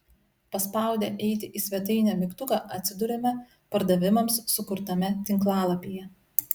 paspaudę eiti į svetainę mygtuką atsiduriame pardavimams sukurtame tinklalapyje